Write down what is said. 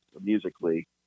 musically